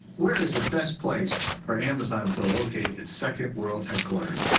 where is the best place for amazon to locate its second world headquarters?